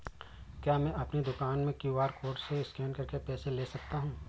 क्या मैं अपनी दुकान में क्यू.आर कोड से स्कैन करके पैसे ले सकता हूँ?